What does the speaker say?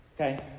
okay